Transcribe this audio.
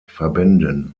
verbänden